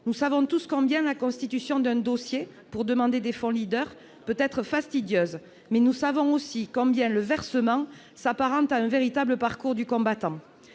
Nous savons tous combien la constitution d'un dossier pour demander des fonds Leader peut être fastidieuse et nous savons aussi combien le versement s'apparente à un véritable parcours du combattant